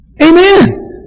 Amen